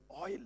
oil